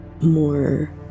more